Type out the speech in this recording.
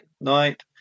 night